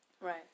Right